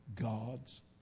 God's